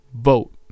vote